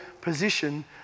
position